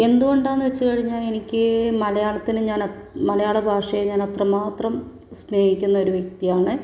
എന്തുകൊണ്ടാന്ന് വെച്ച് കഴിഞ്ഞാൽ എനിക്ക് മലയാളത്തിന് ഞാൻ മലയാള ഭാഷയെ ഞാൻ അത്രമാത്രം സ്നേഹിക്കുന്ന ഒരു വ്യക്തിയാണ്